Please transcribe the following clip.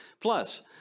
Plus